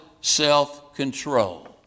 self-control